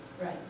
Right